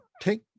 take